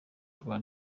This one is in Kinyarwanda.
rwa